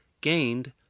gained